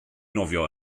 nofio